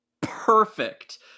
perfect